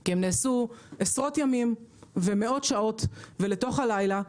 כי הם נעשו עשרות ימים ומאות שעות ולתוך הלילה,